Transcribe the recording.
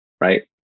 right